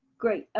great.